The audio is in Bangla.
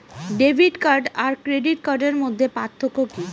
ডেবিট কার্ড আর ক্রেডিট কার্ডের মধ্যে পার্থক্য কি?